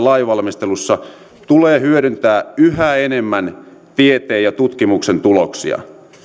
lainvalmistelussa tulee hyödyntää yhä enemmän tieteen ja tutkimuksen tuloksia